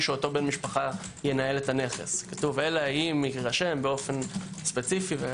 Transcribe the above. שאותו בן משפחה ינהל את הנכס אלא אם יירשם באופן ספציפי.